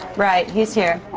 right. he's here.